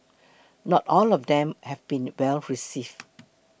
not all of them have been well received